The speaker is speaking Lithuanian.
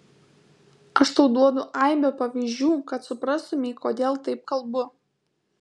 aš tau duodu aibę pavyzdžių kad suprastumei kodėl taip kalbu